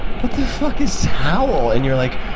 what the fuck is towel? and you're like,